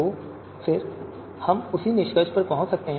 तो फिर हम उसी निष्कर्ष पर पहुंच सकते हैं